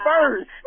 first